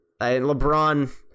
Lebron